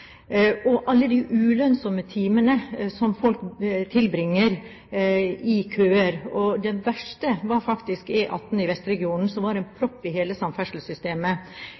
og alle de ulønnsomme timene som folk tilbringer i køer. Verst var det faktisk på E18 i Vestregionen, som var en propp i hele samferdselssystemet.